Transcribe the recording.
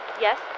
Yes